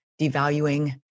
devaluing